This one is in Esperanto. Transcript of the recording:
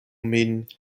min